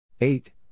eight